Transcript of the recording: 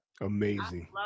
amazing